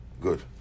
good